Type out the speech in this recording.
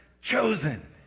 chosen